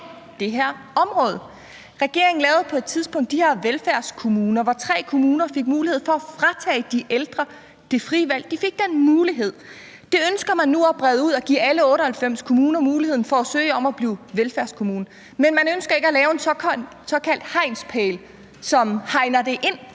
det her område. Regeringen lavede på et tidspunkt de her velfærdskommuner, hvor tre kommuner fik mulighed for at fratage de ældre det frie valg. De fik den mulighed, og det ønsker man nu at brede ud og dermed give alle 98 kommuner muligheden for at søge om at blive velfærdskommune, men man ønsker ikke at lave en såkaldt hegnspæl, som hegner det,